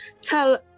tell